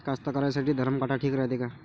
कास्तकाराइसाठी धरम काटा ठीक रायते का?